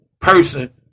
Person